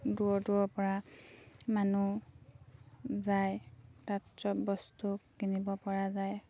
দূৰৰ দূৰৰপৰা মানুহ যায় তাত চব বস্তু কিনিবপৰা যায়